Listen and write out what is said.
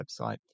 website